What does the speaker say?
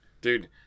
Dude